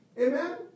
Amen